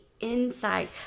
inside